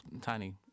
tiny